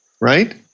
right